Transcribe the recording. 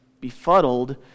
befuddled